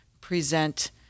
present